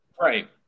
Right